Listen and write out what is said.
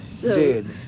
dude